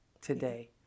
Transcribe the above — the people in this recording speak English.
today